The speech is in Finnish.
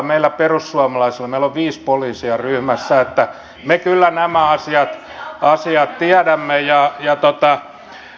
meillä perussuomalaisilla on viisi poliisia ryhmässä me kyllä nämä asiat tiedämme